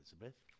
Elizabeth